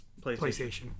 PlayStation